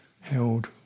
held